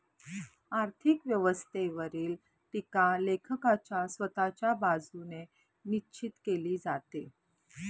आर्थिक व्यवस्थेवरील टीका लेखकाच्या स्वतःच्या बाजूने निश्चित केली जाते